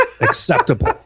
acceptable